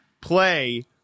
play